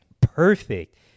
perfect